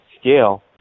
scale